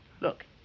Look